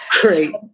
Great